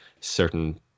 certain